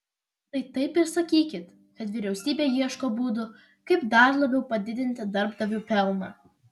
tai taip ir sakykit kad vyriausybė ieško būdų kaip dar labiau padidinti darbdavių pelną